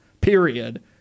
period